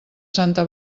santa